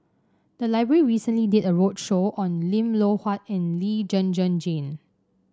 the library recently did a roadshow on Lim Loh Huat and Lee Zhen Zhen Jane